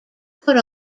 put